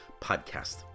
podcast